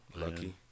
Lucky